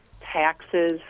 taxes